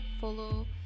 follow